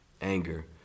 anger